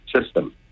system